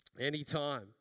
anytime